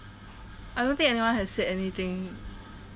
I don't think anyone has said anything